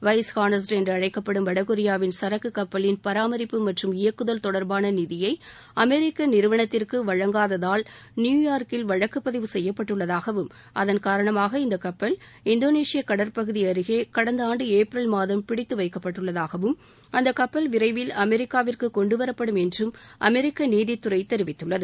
wise honest என்று அழைக்கப்படும் வடகொரியாவின் சரக்கு கப்பலின் பராமரிப்பு மற்றும் இயக்குதல் தொடர்பான நிதியை அமெரிக்க நிறுவனத்திற்கு வழங்காததால் நியூயார்க்கில் வழக்கு பதிவு செய்யப்பட்டுள்ளதாகவும் அதன் காரணமாக இந்த கப்பல் இந்தோனேஷிய கடற்பகுதி அருகே கடந்த ஆண்டு ஏப்ரல் மாதம் பிடித்து வைக்கப்பட்டுள்ளதாகவும் அந்த கப்பல் விரைவில் அமெரிக்காவிற்கு கொண்டு வரப்படும் என்றும் அமெரிக்க நீதித்துறை தெரிவித்துள்ளது